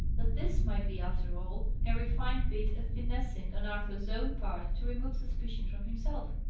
that this might be, after all, a refined bit of finessing on arthur's own part to remove suspicion from himself.